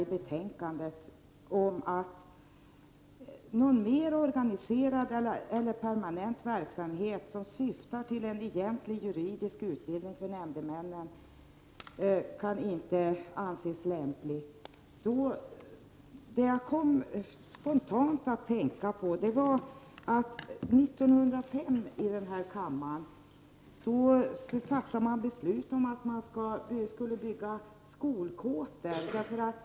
I betänkandet står att någon mer organiserad eller permanent verksamhet som syftar till en egentlig juridisk utbildning för nämndemännen kan inte anses lämplig. När jag läste detta kom jag spontant att tänka på att man år 1905 i riksdagen fattade beslut om att det skulle byggas skolkåtor.